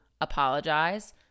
apologize